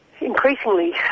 increasingly